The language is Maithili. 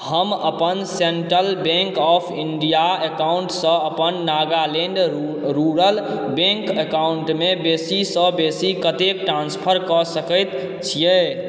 हम अपन सेन्ट्रल बैंक ऑफ इण्डिया एकाउन्टसँ अपन नागालैण्ड रूरल बैंक एकाउन्टमे बेसीसँ बेसी कतेक ट्रान्सफर कऽ सकै छिए